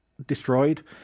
destroyed